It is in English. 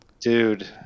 Dude